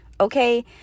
Okay